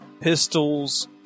pistols